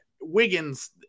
Wiggins